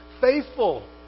Faithful